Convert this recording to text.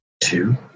two